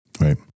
Right